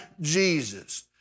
Jesus